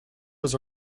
was